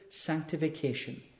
sanctification